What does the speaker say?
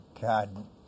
God